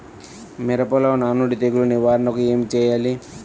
మిరపలో నానుడి తెగులు నివారణకు ఏమి చేయాలి?